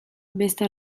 beste